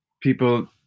People